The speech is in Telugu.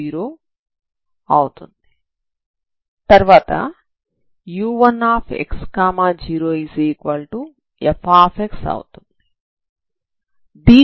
తర్వాత u1x0f అవుతుంది